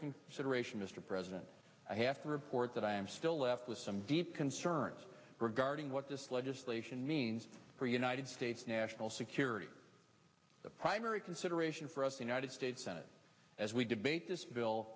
consideration mr president i have to report that i am still left with some deep concerns regarding what this legislation means for united states national security the primary consideration for us the united states senate as we debate this bill